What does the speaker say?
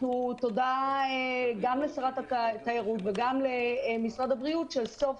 תודה גם לשרת התיירות וגם למשרד הבריאות שסוף